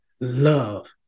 love